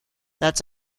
that’s